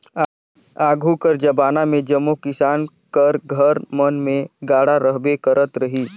आघु कर जबाना मे जम्मो किसान कर घर मन मे गाड़ा रहबे करत रहिस